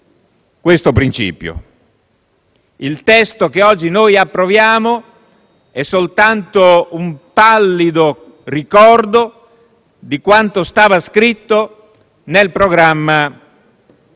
questo principio. Il testo che oggi approviamo è soltanto un pallido ricordo di quanto era scritto nel programma